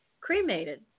cremated